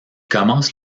commence